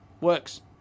Works